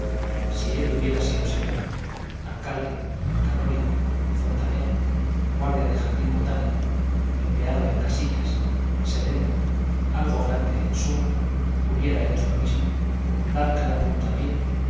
si él hubiera sido señor alcalde canónigo fontanero guarda del jardín botánico empleado en casillas sereno algo grande en suma hubiera hecho lo mismo dar cada puntapié no